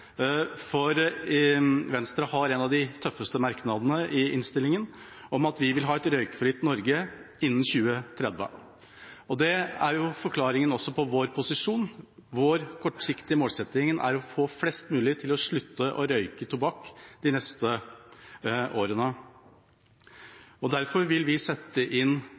for Venstre har en av de tøffeste merknadene i innstillingen, om at vi vil ha et røykfritt Norge innen 2030. Det er forklaringen på vår posisjon. Vår kortsiktige målsetting er å få flest mulig til å slutte å røyke tobakk de neste årene. Derfor vil vi sette inn